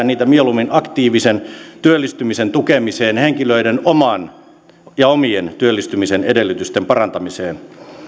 niitä mieluummin aktiivisen työllistymisen tukemiseen henkilöiden omien omien työllistymisen edellytysten parantamiseen